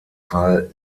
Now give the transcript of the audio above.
fall